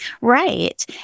Right